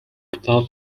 კვლავ